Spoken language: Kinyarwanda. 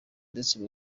ndetse